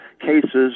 cases